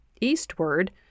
Eastward